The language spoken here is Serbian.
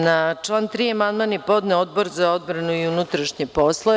Na član 3. amandman je podneo Odbor za odbranu i unutrašnje poslove.